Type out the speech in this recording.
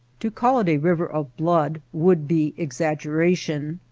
to call it a river of blood would be exaggera tion,